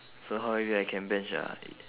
so how heavy I can bench ah